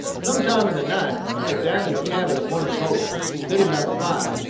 some time in the night i was down in the cabin of one of the boats, sitting by the fire,